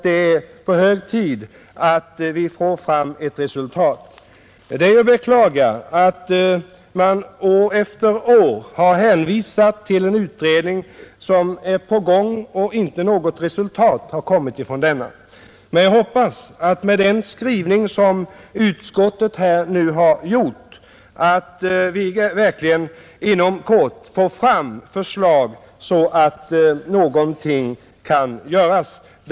Det är hög tid att vi får fram ett resultat, och det är att beklaga att man år efter år har hänvisat till en pågående utredning utan att något resultat har kommit från den. Med tanke på den skrivning som utskottet nu har gjort hoppas jag emellertid att vi verkligen inom kort får ett förslag så att någonting kan göras.